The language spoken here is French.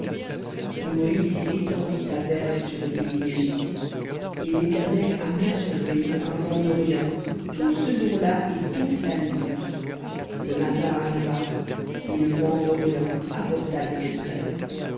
et moïse étendit sa verge sur le pays d'égypte et l'éternel amena sur le pays un vent d'orient tout ce jour-là et toute la nuit le matin arriva et le vent d'orient apporta les sauterelles les